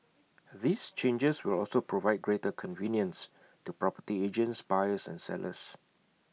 these changes will also provide greater convenience to property agents buyers and sellers